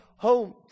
home